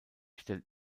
stellt